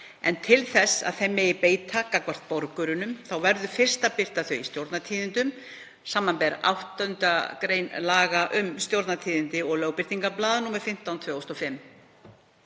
en til þess að þeim megi beita gagnvart borgurunum verður fyrst að birta þau í Stjórnartíðindum, sbr. 8. gr. laga um Stjórnartíðindi og Lögbirtingablað, nr. 15/2005.